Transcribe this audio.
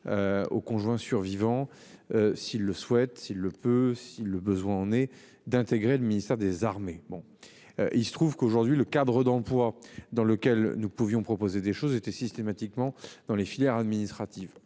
Au conjoint survivant. S'il le souhaite, s'il le peut, si le besoin en est d'intégrer le ministère des Armées. Bon. Il se trouve qu'aujourd'hui le cadre d'emploi dans lequel nous pouvions proposer des choses étaient systématiquement dans les filières administratives.